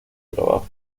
trabajo